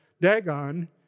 Dagon